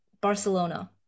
Barcelona